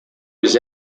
was